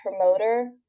promoter